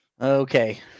Okay